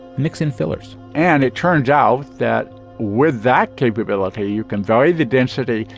mix in fillers and it turns out that with that capability, you can vary the density,